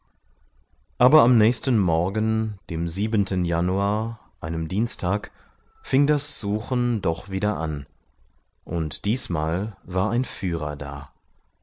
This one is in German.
aber am nächsten morgen dem siebenten januar einem dienstag fing das suchen doch wieder an und diesmal war ein führer da